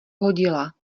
hodila